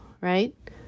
right